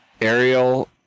aerial